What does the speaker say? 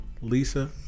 Lisa